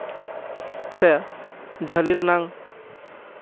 ᱥᱮ ᱡᱷᱟᱹᱞᱤ ᱨᱮᱱᱟᱝ